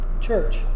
church